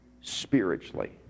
Spiritually